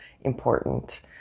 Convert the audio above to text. important